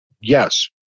yes